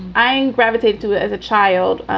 i gravitate to as a child,